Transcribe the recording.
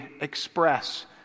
express